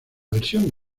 versión